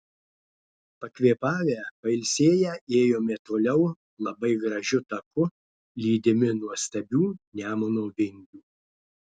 pakvėpavę pailsėję ėjome toliau labai gražiu taku lydimi nuostabių nemuno vingių